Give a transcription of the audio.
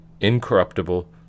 incorruptible